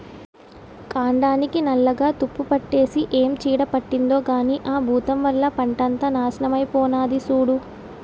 కాండానికి నల్లగా తుప్పుపట్టేసి ఏం చీడ పట్టిందో కానీ ఆ బూతం వల్ల పంటంతా నాశనమై పోనాది సూడూ